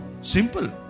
Simple